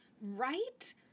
Right